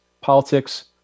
politics